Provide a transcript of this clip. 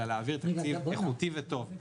אלא להעביר תקציב איכותי וטוב.